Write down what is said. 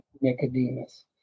Nicodemus